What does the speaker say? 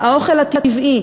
האוכל הטבעי,